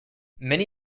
many